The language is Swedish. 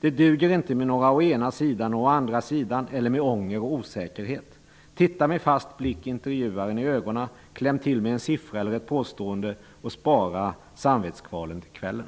Det duger inte med några å ena sidan och å andra sidan eller med ånger och osäkerhet. Titta med fast blick intervjuaren i ögonen, kläm till med en siffra eller ett påstående och spara samvetskvalen till kvällen.